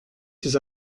ces